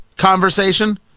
conversation